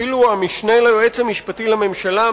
אפילו המשנה ליועץ המשפטי לממשלה,